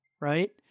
right